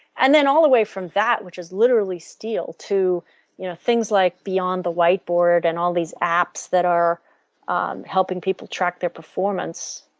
and then all the way from that which is literally steel to you know things like beyond the whiteboard and all these apps that are um helping people track their performance,